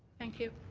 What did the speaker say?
thank you.